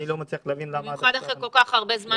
אני לא מצליח להבין למה זה לא קורה.